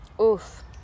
Oof